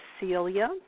Celia